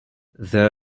there